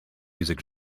music